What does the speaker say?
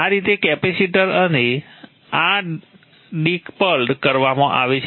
આ રીતે કેપેસિટર અને આ ડીકપલ્ડ કરવામાં આવે છે